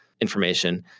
information